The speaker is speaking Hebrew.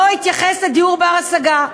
לא התייחס לדיור בר-השגה.